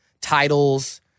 titles